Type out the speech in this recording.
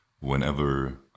Whenever